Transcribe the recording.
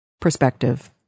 perspective